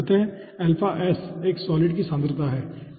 अतः एक सॉलिड की सांद्रता है